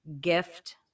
gift